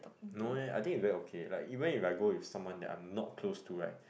no eh I think is very okay like even if I go with someone that I'm not close to right